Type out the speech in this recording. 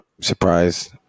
surprised